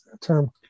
term